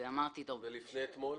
ולפני אתמול?